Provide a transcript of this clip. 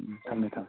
ꯎꯝ ꯊꯝꯃꯦ ꯊꯝꯃꯦ